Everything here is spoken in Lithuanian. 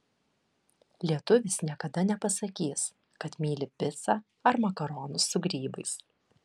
lietuvis niekada nepasakys kad myli picą ar makaronus su grybais